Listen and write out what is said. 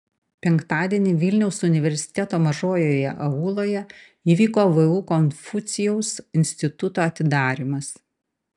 penktadienį vilniaus universiteto mažojoje auloje įvyko vu konfucijaus instituto atidarymas